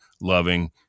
loving